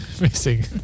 Missing